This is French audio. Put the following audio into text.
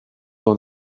dans